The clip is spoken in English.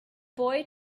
boy